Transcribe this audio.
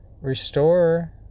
restore